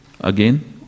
again